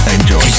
Enjoy